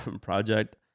project